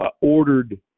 ordered